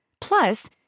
Plus